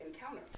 encounter